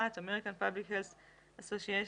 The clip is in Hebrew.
American Public Health Association,